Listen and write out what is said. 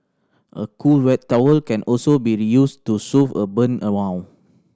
a cool wet towel can also be used to soothe a burn